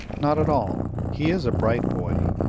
not at all he is a bright boy,